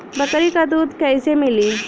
बकरी क दूध कईसे मिली?